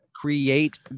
create